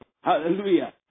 Hallelujah